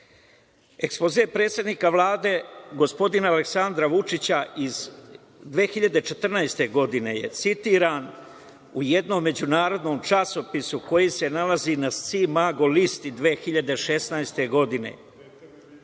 Ekspoze predsednika Vlade gospodina Aleksandra Vučića iz 2014. godine je citiram u jednom međunarodnom časopisu koji se nalazi na „Scimago listi“ 2016.